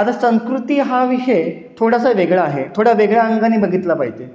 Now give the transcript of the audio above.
आता संस्कृती हा विषय थोडासा वेगळा आहे थोडा वेगळ्या अंगाने बघितला पाहिजे